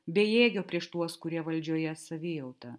bejėgio prieš tuos kurie valdžioje savijautą